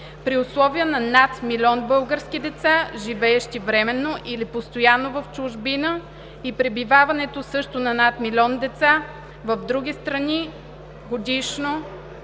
при условия на над милион български деца, живеещи временно или постоянно в чужбина и пребиваването също на над милион деца в други страни годишно